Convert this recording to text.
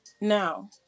Now